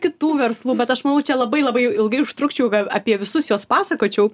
kitų verslų bet aš manau čia labai labai ilgai užtrukčiau apie visus juos pasakočiau